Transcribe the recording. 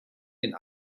den